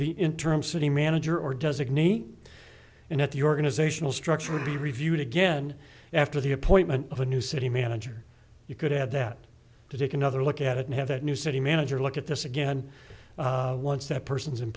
the interim city manager or does it need and at the organizational structure would be reviewed again after the appointment of a new city manager you could have that to take another look at it and have that new city manager look at this again once that person is in